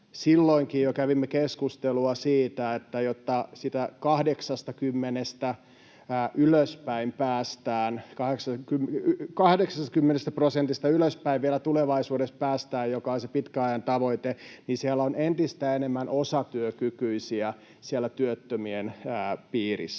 silloinkin jo kävimme keskustelua siitä, että jotta siitä 80 prosentista ylöspäin vielä tulevaisuudessa päästään, mikä on se pitkän ajan tavoite, niin siellä työttömien piirissä